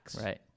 Right